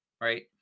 right